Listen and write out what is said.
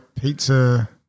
pizza